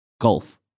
Golf